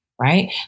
right